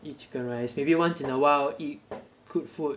eat chicken rice maybe once in a while eat good food